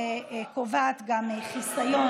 וקובעת גם חיסיון,